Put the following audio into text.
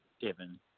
given